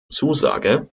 zusage